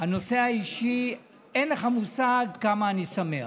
בנושא האישי, אין לך מושג כמה אני שמח.